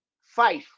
Five